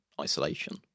isolation